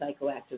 psychoactive